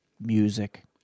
music